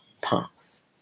pause